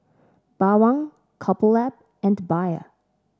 Bawang Couple Lab and Bia